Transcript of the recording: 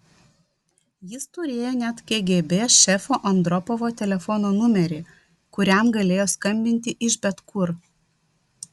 jis turėjo net kgb šefo andropovo telefono numerį kuriam galėjo skambinti iš bet kur